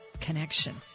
connection